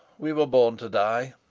we were born to die.